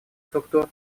структур